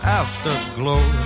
afterglow